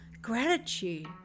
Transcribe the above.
gratitude